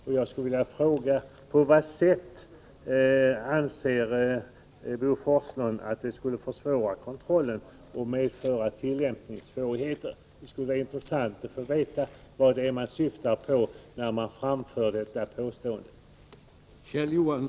Får jag fråga: På vad sätt anser Bo Onsdagen den Forslund att förslagen i våra motioner skulle försvåra kontrollen och medföra 10 april 1985 tillämpningssvårigheter? Det vore intressant att få veta vad han syftar på när han påstår detta. Traktaments